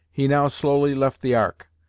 he now slowly left the ark,